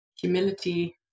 humility